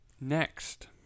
Next